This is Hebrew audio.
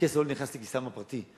הכסף לא נכנס לכיסם הפרטי.